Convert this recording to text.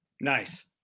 Nice